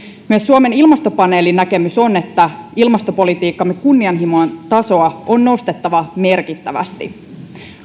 myös suomen ilmastopaneelin näkemys on että ilmastopolitiikkamme kunnianhimon tasoa on nostettava merkittävästi